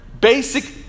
basic